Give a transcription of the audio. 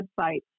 website